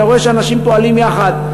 ואתה רואה שאנשים פועלים יחד,